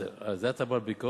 אז על זה אתה בא לביקורת,